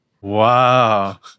Wow